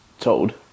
told